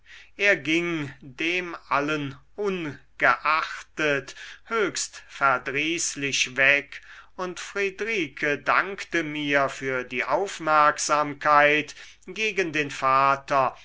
er ging dem allen ungeachtet höchst verdrießlich weg und friedrike dankte mir für die aufmerksamkeit gegen den vater